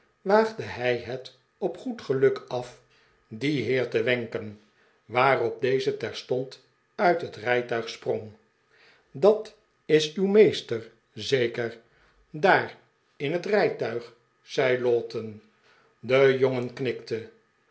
waagde hij het op goed geluk af dien heer te wenken waarop deze terstond uit het rijtuig sprong dat is uw meester zeker daar in het rijtuig zei lowten de jongen